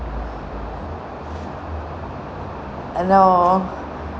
uh no